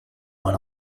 one